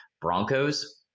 Broncos